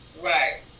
Right